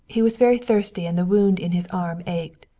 he was very thirsty, and the wound in his arm ached.